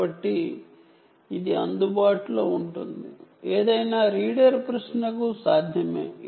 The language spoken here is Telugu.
కాబట్టి ఇది రీడర్ ప్రశ్నకు అందుబాటులో ఉంటుంది